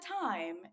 time